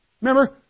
Remember